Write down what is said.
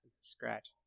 Scratch